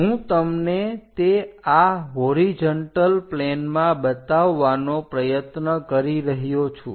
હું તમને તે આ હોરીજન્ટલ પ્લેનમાં બતાવવાનો પ્રયત્ન કરી રહ્યો છું